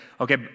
okay